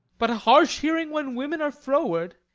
but a harsh hearing when women are froward.